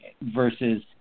versus